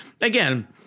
again